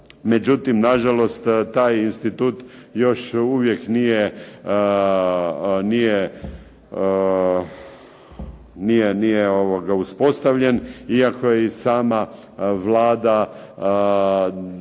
međutim, nažalost taj institut još uvijek nije uspostavljen, iako je i sama Vlada